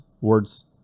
words